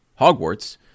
Hogwarts